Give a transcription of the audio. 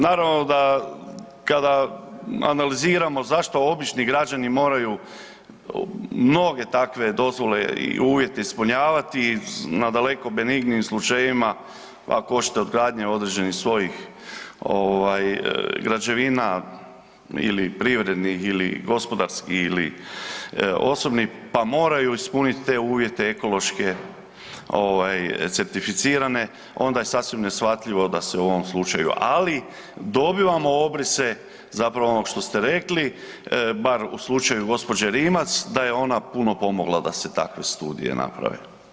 Ovaj naravno da kada analiziramo zašto obični građani moraju mnoge takve dozvole i uvjete ispunjavati nadaleko benignijim slučajevima, pa ako hoćete od gradnje određenih svojih ovaj građevina ili privrednih ili gospodarskih ili osobnih pa moraju ispunit te uvjete ekološke ovaj certificirane onda je sasvim neshvatljivo da se u ovom slučaju, ali dobivamo obrise zapravo onog što ste rekli, bar u slučaju gospođe Rimac da je ona puno pomogla da se takve studije naprave.